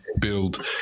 build